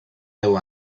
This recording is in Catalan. deu